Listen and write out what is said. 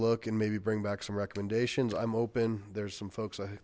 look and maybe bring back some recommendations i'm open there's some folks